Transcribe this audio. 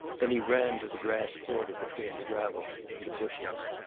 then he ran to the grass border between the gravel and the bushes.